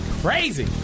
crazy